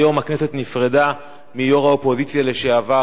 היום הכנסת נפרדה מיו"ר האופוזיציה לשעבר,